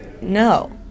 No